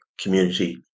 community